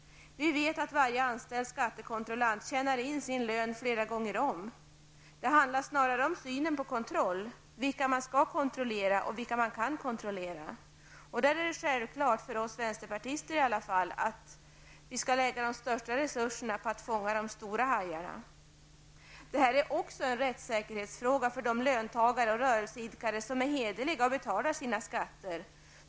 Vi vet att varje anställd skattekontrollant tjänar in sin lön flera gånger om. Det handlar snarare om synen på kontroll -- vilka man skall kontrollera och vilka man kan kontrollera. Det är självklart för oss vänsterpartister att vi skall lägga de största resurserna på att fånga de stora hajarna. Det här är också en rättssäkerhetsfråga för de löntagare och rörelseidkare som är hederliga och betalar sina skatter.